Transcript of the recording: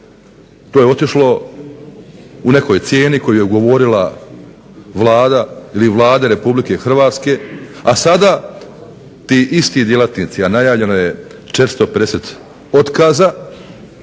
to je otišlo u nekoj cijeni koju je ugovorila Vlada ili vlade Republike Hrvatske, a sada ti isti djelatnici, a najavljeno je 450 otkaza,